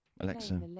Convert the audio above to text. Alexa